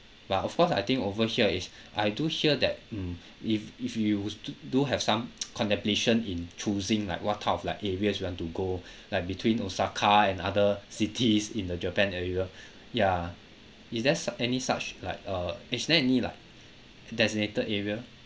but of course I think over here is I do hear that mm if if you d~ do have some contemplation in choosing like what type of like areas you want to go like between osaka and other cities in the japan area ya is there's any such like uh is there any like designated area